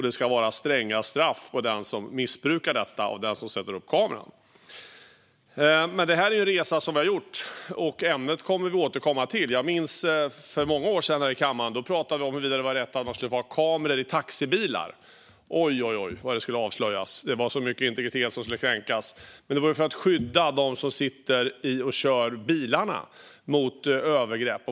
Det ska vara stränga straff för den som sätter upp kameran och missbrukar detta. Det här är en resa som vi har gjort, och ämnet kommer vi att återkomma till. Jag minns att vi för många år sedan här i kammaren pratade om huruvida det var rätt att man skulle få ha kameror i taxibilar. Ojojoj, vad det skulle avslöjas! Det var så mycket integritet som skulle kränkas. Men det handlade ju om att skydda dem som kör mot övergrepp.